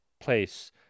place